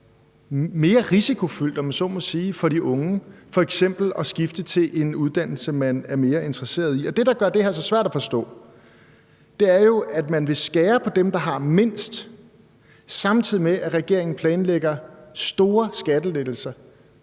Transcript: må sige, for de unge f.eks. at skifte til en uddannelse, som de er mere interesseret i? Det, der gør det her så svært at forstå, er jo, at man vil skære ned i forhold til dem, der har mindst, samtidig med at regeringen planlægger store skattelettelser